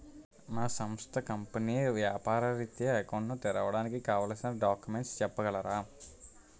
నా సంస్థ కంపెనీ వ్యాపార రిత్య అకౌంట్ ను తెరవడానికి కావాల్సిన డాక్యుమెంట్స్ చెప్పగలరా?